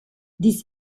this